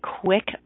quick